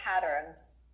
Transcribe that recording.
patterns